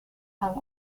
have